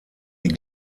die